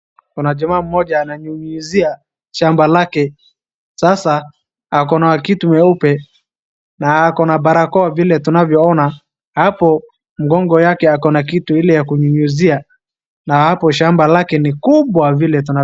Kuna jamaa mmoja ananyunyizia shamba lake, sasa ako na kitu nyeupe na ako na barakoa vile tunavyoona, hapo mgongo yake ako na kitu ile ya kunyunyizia na hapo shamba lake ni kubwa vile tunavyoona.